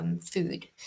food